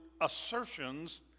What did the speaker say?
assertions